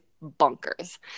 bunkers